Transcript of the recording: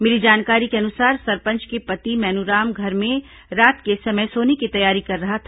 मिली जानकारी के अनुसार सरपंच के पति मैनूराम घर में रात के समय सोने की तैयारी कर रहा था